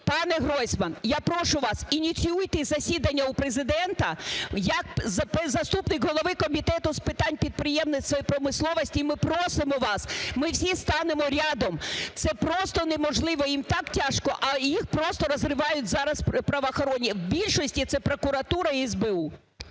Пане Гройсман, я прошу вас, ініціюйте засідання у Президента. Як заступник голови Комітету з питань підприємництва і промисловості ми просимо вас, ми всі станемо рядом, це просто неможливо, їм так тяжко, а їх просто розривають зараз правоохоронні… В більшості це прокуратура і СБУ.